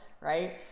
right